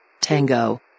Tango